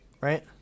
right